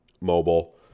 mobile